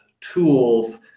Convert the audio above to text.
tools